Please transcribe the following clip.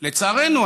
לצערנו,